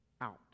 out